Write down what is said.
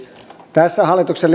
tässä keskustelussa hallituksen